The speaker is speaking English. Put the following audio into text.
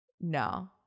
no